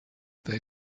they